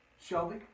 Shelby